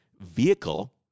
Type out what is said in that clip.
vehicle